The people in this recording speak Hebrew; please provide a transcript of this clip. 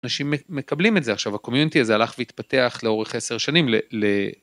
אנשים מקבלים את זה עכשיו הקומיונטי הזה הלך והתפתח לאורך עשר שנים.